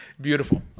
Beautiful